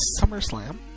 SummerSlam